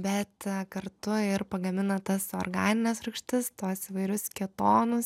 bet kartu ir pagamina tas organines rūgštis tuos įvairius ketonus